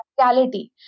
reality